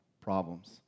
problems